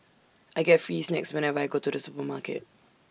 I get free snacks whenever I go to the supermarket